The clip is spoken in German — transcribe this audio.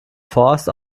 forst